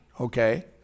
okay